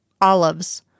Olives